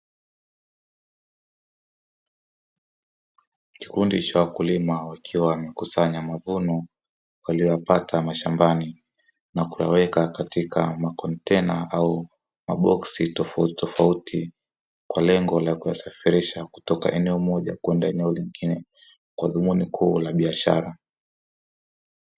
Kikundi cha wakulima wakiwa wamekusanya mavuno aliwapata mashambani na kuwaweka katika makontena au maboksi tofautitofauti, kwa lengo la kuwasafirisha kutoka eneo moja kwenda eneo lingine kwa dhumuni kuu la biashara.